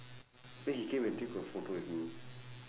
then he came and take a photo with me